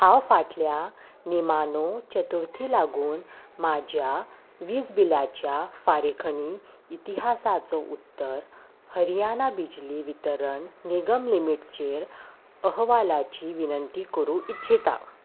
हांव फाटल्या निमानो चतुर्थी लागून म्हाज्या वीज बिलाच्या फारीखणी इतिहासाचो उत्तर हरियाना बिजली वितरण निगम लिमीटचेर अहवालाची विनंती करूं इच्छता